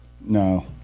No